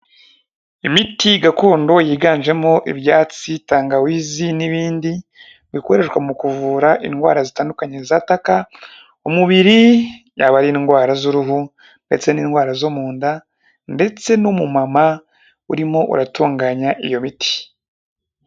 Imiti gakondo yiganjemo ibyatsi, tangawizi n'ibindi, bikoreshwa mu kuvura indwara zitandukanye zataka umubiri, yaba ari indwara z'uruhu ndetse n'indwara zo mu nda, ndetse n'umumama urimo uratunganya iyo miti.